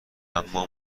اما